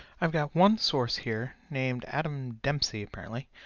i've got one source here named adam dempsey, apparently,